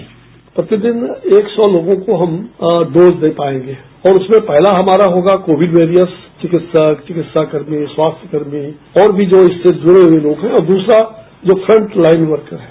bite प्रतिदिन एक सौ लोगों को हम डोज दे पाएंगे और उसमें पहला हमारा होगा कोविड वॉरियर्स चिकित्सा चिकित्सा कर्मी स्वास्थ्य कर्मी और भी जो इससे जुड़े हुए लोग हैं और दूसरा जो फ्रंट लाइन वर्कर्स हैं